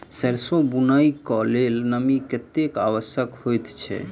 सैरसो बुनय कऽ लेल नमी कतेक आवश्यक होइ छै?